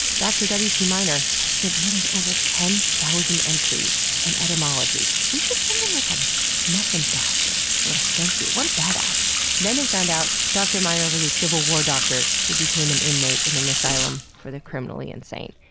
dr. w. c. minor, has submitted over ten thousand entries and etymologies. we should send him, like, a um muffin basket or a thank you. what a badass! then they found out dr. minor was a civil war doctor who became an inmate in an asylum for the criminally insane.